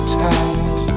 tight